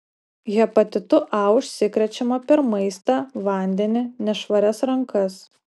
hepatitu a užsikrečiama per maistą vandenį nešvarias rankas